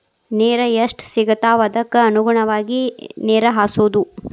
ನೇರ ಎಷ್ಟ ಸಿಗತಾವ ಅದಕ್ಕ ಅನುಗುಣವಾಗಿ ನೇರ ಹಾಸುದು